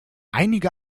einige